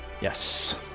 Yes